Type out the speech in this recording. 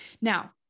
Now